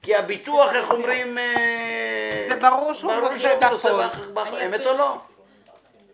כי הביטוח ברור שהוא --- אני מוכרחה לומר שאני לא מבינה משהו.